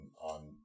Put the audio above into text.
on